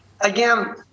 again